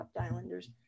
Islanders